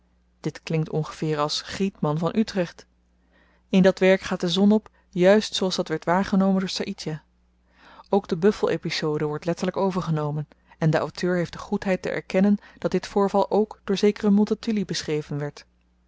dit klinkt ongeveer als grietman van utrecht in dat werk gaat de zon op juist zooals dat werd waargenomen door saïdjah ook de buffel epizode wordt letterlyk overgenomen en de auteur heeft de goedheid te erkennen dat dit voorval ook door zekeren multatuli beschreven werd